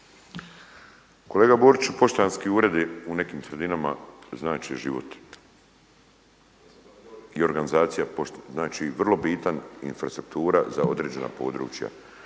Kolega Boriću poštanski uredi u nekim sredinama znači život i organizacija pošte. Znači vrlo bitan infrastruktura za određena područja,